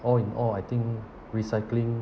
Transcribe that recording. all in all I think recycling